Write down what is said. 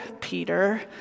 Peter